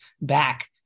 back